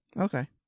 Okay